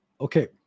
Okay